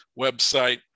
website